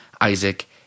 Isaac